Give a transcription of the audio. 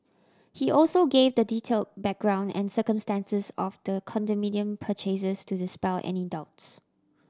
he also gave the detailed background and circumstances of the condominium purchases to dispel any doubts